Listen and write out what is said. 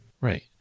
Right